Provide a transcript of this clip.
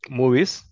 movies